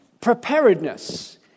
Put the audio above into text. preparedness